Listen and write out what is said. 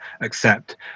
accept